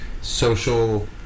Social